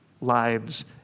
lives